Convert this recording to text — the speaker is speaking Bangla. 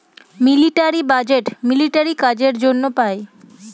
মিলিটারি বাজেট মিলিটারি কাজের জন্য পাই